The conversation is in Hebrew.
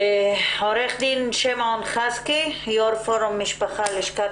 חנה שטרום כהן פסיכולוגית קלינית ולאחריה רונית לב ארי.